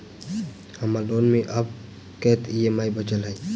हम्मर लोन मे आब कैत ई.एम.आई बचल ह?